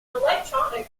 electronics